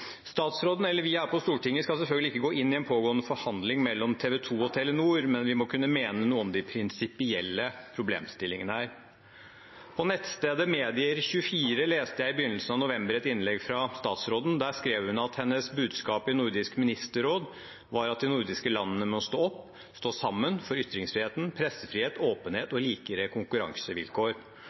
Statsråden eller vi her på Stortinget skal selvfølgelig ikke gå inn i en pågående forhandling mellom TV 2 og Telenor, men vi må kunne mene noe om de prinsipielle problemstillingene her. På nettstedet Medier24 leste jeg i begynnelsen av november et innlegg fra statsråden. Der skrev hun at hennes budskap i Nordisk ministerråd var at de nordiske landene må stå opp, stå sammen for ytringsfriheten, pressefrihet, åpenhet og likere konkurransevilkår.